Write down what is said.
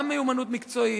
גם מיומנות מקצועית,